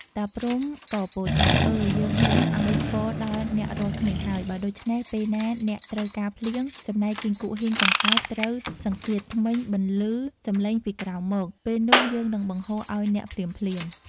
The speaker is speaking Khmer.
តាព្រហ្មក៏ពោលថា “អើ! យើងព្រមឱ្យពរដល់អ្នករាល់គ្នាហើយ បើដូច្នេះពេលណាអ្នកត្រូវការភ្លៀង ចំណែកគីង្គក់ហ៊ីង កង្កែបត្រូវសង្កៀតធ្មេញ បន្លឺ សំឡេងពីក្រោមមក ពេលនោះ យើងនឹងបង្គួរឱ្យអ្នកភ្លាមៗ” ។